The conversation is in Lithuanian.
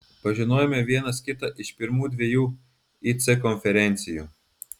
pažinojome vienas kitą iš pirmų dviejų ic konferencijų